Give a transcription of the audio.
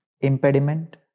impediment